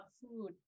food